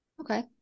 Okay